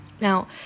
Now